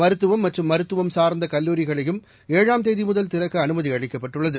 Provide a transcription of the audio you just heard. மருத்துவம் மற்றும் மருத்துவம் சார்ந்த கல்லூரிகளையும் ஏழாம் தேதிமுதல் திறக்க அனுமதி அளிக்கப்பட்டுள்ளது